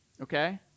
okay